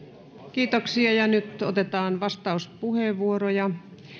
kiitoksia nyt otetaan vastauspuheenvuoroja